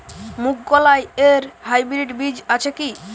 মুগকলাই এর হাইব্রিড বীজ আছে কি?